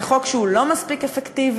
זה חוק לא מספיק אפקטיבי,